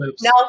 No